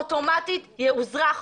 אוטומטית יאוזרח,